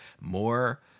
more